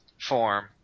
form